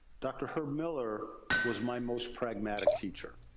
dr. herb miller was my most pragmatic teacher.